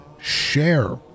share